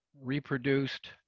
reproduced